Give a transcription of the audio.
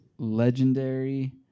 Legendary